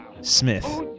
Smith